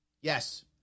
Yes